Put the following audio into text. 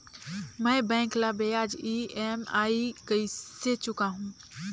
मैं बैंक ला ब्याज ई.एम.आई कइसे चुकाहू?